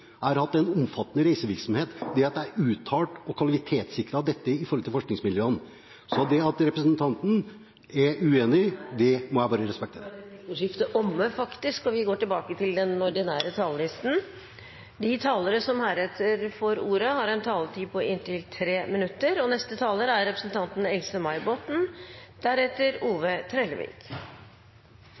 Jeg har hatt en omfattende reisevirksomhet – jeg har uttalt og kvalitetssikret dette overfor forskningsmiljøene. Det at representanten er uenig, det må jeg bare respektere. Replikkordskiftet er omme. De talere som heretter får ordet, har en taletid på inntil 3 minutter. Norge er verdens nest største eksportør av sjømat. Hver dag spises det 36 millioner norske sjømatmåltid verden over, og jeg er